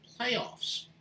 playoffs